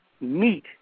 meet